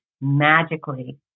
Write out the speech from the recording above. magically